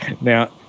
Now